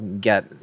get